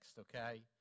okay